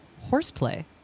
horseplay